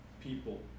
people